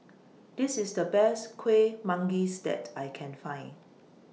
This IS The Best Kuih Manggis that I Can Find